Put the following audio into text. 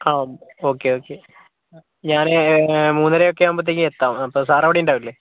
ആ okay okay ഞാൻ മൂന്നരയൊക്കെ ആവുമ്പോഴത്തേക്കും എത്താം അപ്പോൾ സാർ അവിടെ ഉണ്ടാവില്ലേ